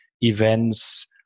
events